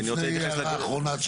לפני ההערה האחרונה?